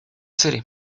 city